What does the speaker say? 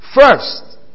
first